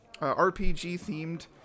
RPG-themed